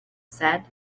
said